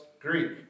Greek